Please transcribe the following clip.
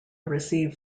receive